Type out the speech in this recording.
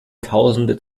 tausende